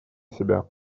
себя